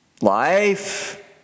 Life